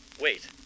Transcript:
Wait